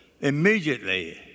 Immediately